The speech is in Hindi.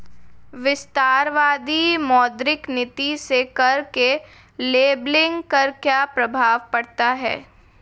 विस्तारवादी मौद्रिक नीति से कर के लेबलिंग पर क्या प्रभाव पड़ता है?